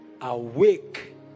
Awake